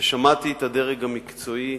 ושמעתי את הדרג המקצועי,